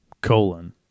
Colon